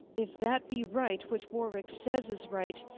if that be right, which warwick saies is right,